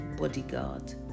bodyguard